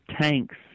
tanks